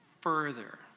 further